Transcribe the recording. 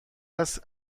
است